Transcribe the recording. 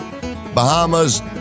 Bahamas